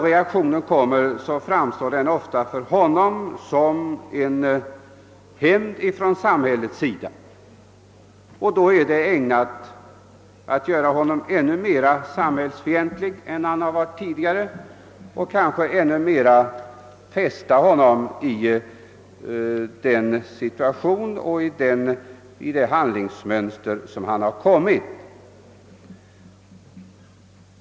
Reaktionen framstår då ofta för vederbörande som en hämnd från samhällets sida, vilket är ägnat att göra honom ännu mer samhällsfientlig än han varit tidigare och kanske ännu mer binder honom i den situation och det handlingsmönster där han har hamnat.